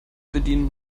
bedienen